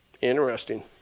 interesting